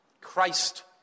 Christ